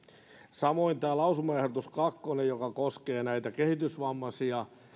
samoin on lausumaehdotus kakkonen joka koskee kehitysvammaisia